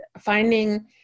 finding